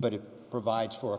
but it provides for